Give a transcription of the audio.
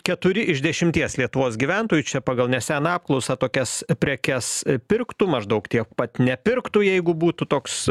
keturi iš dešimties lietuvos gyventojų čia pagal neseną apklausą tokias prekes pirktų maždaug tiek pat nepirktų jeigu būtų toks